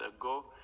ago